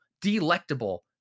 Delectable